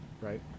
right